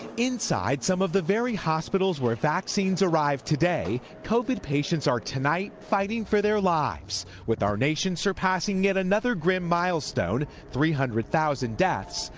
inside some of the very hospitals where vaccines arrived today covid patients are tonight fighting for their lives with our nation surpassing yet another grim milestone, three hundred thousand deaths,